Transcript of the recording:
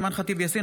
אימאן ח'טיב יאסין,